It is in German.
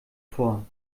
vor